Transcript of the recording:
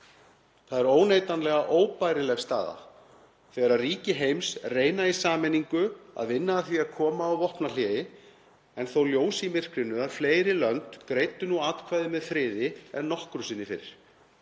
Það er óneitanlega óbærileg staða þegar ríki heims reyna í sameiningu að vinna að því að koma á vopnahléi en þó ljós í myrkrinu að fleiri lönd greiddu nú atkvæði með friði en nokkru sinni fyrr,